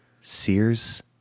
Sears